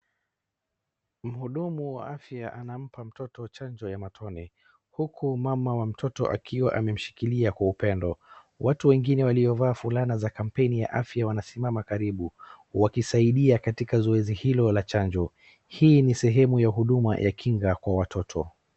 Mhudumu wa afya nampa mtoto chanjo ya matone huku mama wa mtoto akiwa amemshikilia kwa upendo. Watu wengine waliovaa fulana za kampeni ya afya wanasimama karibu wakisaidia katika zoezi hilo la chanjo. Hii ni sehemu ya huduma ya kinga kwa watoto.